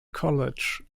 college